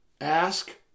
Ask